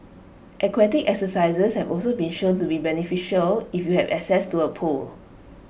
aquatic exercises have also been shown to be beneficial if you have access to A pool